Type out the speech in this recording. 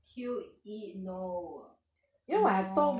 Q_E no no